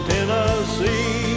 Tennessee